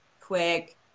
quick